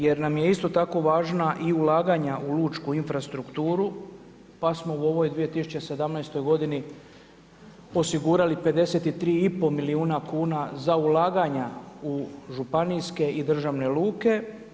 Jer nam je isto tako važna i ulaganja u lučku infrastrukturu pa smo u ovoj 2017. godini osigurali 53,5 milijuna kuna za ulaganja u županijske i državne luke.